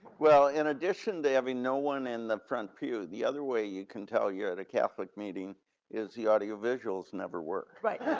well, in addition, they have no one in the front pew. the other way you can tell you at a catholic meeting is the audio visuals never worked. right,